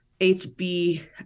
HB